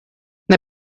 they